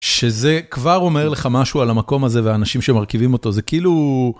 שזה כבר אומר לך משהו על המקום הזה ואנשים שמרכיבים אותו זה כאילו.